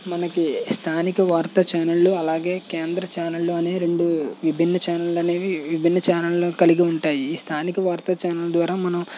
మనకి స్థానిక వార్తా ఛానళ్ళు అలాగే కేంద్ర ఛానళ్ళు అనే రెండు విభిన్న ఛానళ్ళు అనేవి విభిన్న ఛానళ్ళు కలిగి ఉంటాయి ఈ స్థానిక వార్తా ఛానల్ ద్వారా మనం